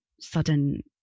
sudden